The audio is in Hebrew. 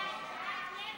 צו